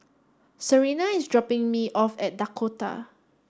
Serena is dropping me off at Dakota